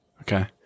Okay